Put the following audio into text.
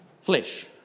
flesh